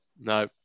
No